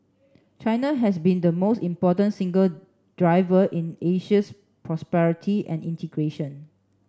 China has been the most important single driver in Asia's prosperity and integration